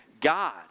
God